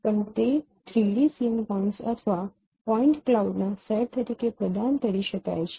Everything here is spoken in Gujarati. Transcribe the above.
પણ તે ૩ ડી સીન પોઇન્ટસ્ અથવા પોઇન્ટ ક્લાઉડના સેટ તરીકે પ્રદાન કરી શકાય છે